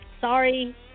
Sorry